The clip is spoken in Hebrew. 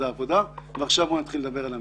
העבודה ועכשיו בוא נתחיל לדבר על המחיר.